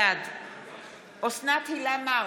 בעד אוסנת הילה מארק,